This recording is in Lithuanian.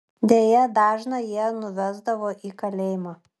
deja dažną jie nuvesdavo į kalėjimą